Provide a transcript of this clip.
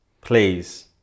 please